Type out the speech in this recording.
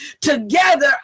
Together